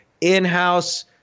in-house